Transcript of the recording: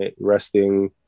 resting